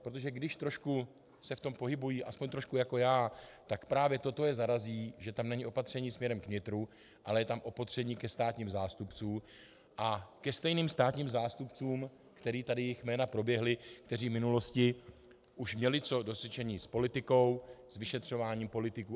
Protože když trošku se v tom pohybují, aspoň trošku jako já, tak právě toto je zarazí, že tam není opatření směrem k vnitru, ale je tam opatření ke státním zástupcům, a ke stejným státním zástupcům, jejichž jména tady proběhla, kteří v minulosti už měli co do činění s politikou, s vyšetřováním politiků atd.